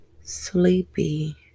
sleepy